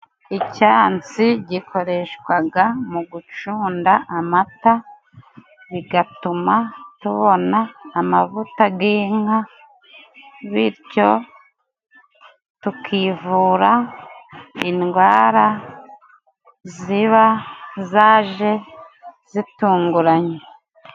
Icyansi gikoreshwaga mu gucunda amata, bigatuma tubona amavuta g'inka, bityo tukivura indwara ziba zaje zitunguranye.